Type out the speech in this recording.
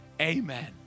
Amen